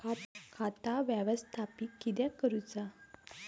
खाता व्यवस्थापित किद्यक करुचा?